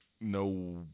no